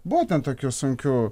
buvo ten tokių sunkių